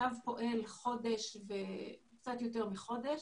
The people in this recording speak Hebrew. הקו פועל קצת יותר מחודש.